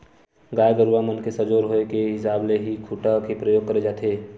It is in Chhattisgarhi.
गाय गरुवा मन के सजोर होय के हिसाब ले ही खूटा के परियोग करे जाथे